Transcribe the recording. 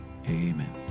Amen